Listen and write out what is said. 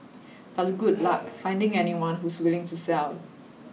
but good luck finding anyone who's willing to sell